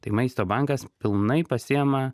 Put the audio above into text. tai maisto bankas pilnai pasiima